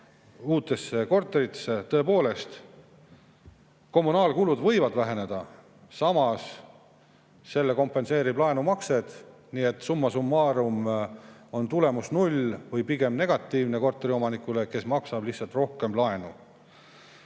uutesse korteritesse. Tõepoolest, kommunaalkulud võivad väheneda, samas selle kompenseerivad laenumaksed, nii etsumma summarumon tulemus null või pigem negatiivne korteriomanikule, kes maksab lihtsalt rohkem laenu.